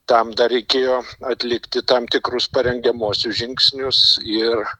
tam dar reikėjo atlikti tam tikrus parengiamuosius žingsnius ir